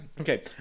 Okay